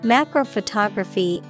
Macro-photography